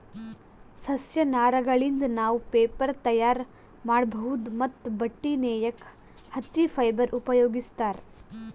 ಸಸ್ಯ ನಾರಗಳಿಂದ್ ನಾವ್ ಪೇಪರ್ ತಯಾರ್ ಮಾಡ್ಬಹುದ್ ಮತ್ತ್ ಬಟ್ಟಿ ನೇಯಕ್ ಹತ್ತಿ ಫೈಬರ್ ಉಪಯೋಗಿಸ್ತಾರ್